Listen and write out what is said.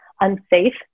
unsafe